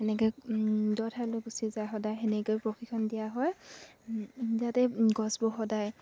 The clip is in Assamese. সেনেকে দ ঠাইলৈ সদায় সেনেকৈ প্ৰশিক্ষণ দিয়া হয় যাতে গছবোৰ সদায়